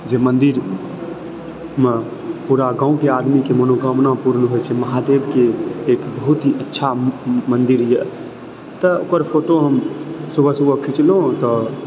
जे मन्दिरमऽ पूरा गाँवके आदमीके मनोकामना पूर्ण होयत छै महादेवके एक बहुत ही अच्छा मन्दिर यऽ तऽ ओकर फोटो हम सुबह सुबह खिंचलहुँ तऽ